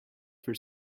for